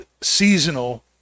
seasonal